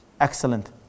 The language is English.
Excellent